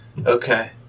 Okay